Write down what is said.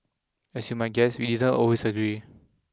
as you might guess we didn't always agree